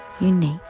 unique